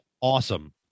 Awesome